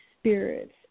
spirits